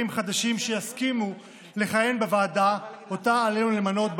חדשים שיסכימו לכהן בוועדה שאותה עלינו למנות,